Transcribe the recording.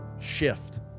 shift